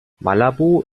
malabo